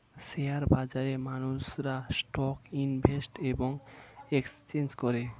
share বাজারে মানুষেরা stock invest এবং এক্সচেঞ্জ করে